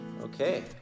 Okay